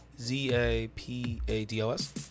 Z-A-P-A-D-O-S